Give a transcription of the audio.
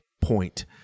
point